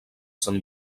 sant